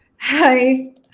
Hi